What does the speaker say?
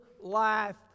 life